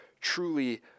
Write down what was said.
truly